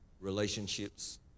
relationships